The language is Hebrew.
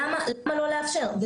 למה לא לאפשר?